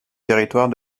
territoire